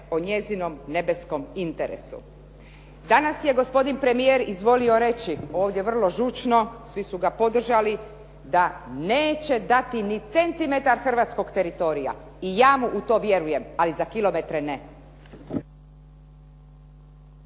o njezinom nebeskom interesu. Danas je gospodin premijer izvolio reći ovdje vrlo žučno, svi su ga podržali da neće dati ni centimetar hrvatskog teritorija i ja mu to vjerujem ali za kilometre ne.